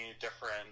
different